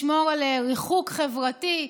לשמור על ריחוק חברתי,